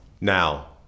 Now